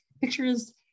pictures